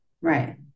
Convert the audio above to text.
Right